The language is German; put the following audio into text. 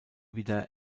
wieder